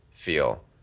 feel